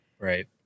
right